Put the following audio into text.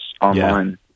Online